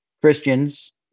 Christians